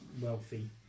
Wealthy